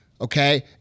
okay